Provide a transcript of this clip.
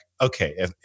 okay